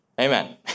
Amen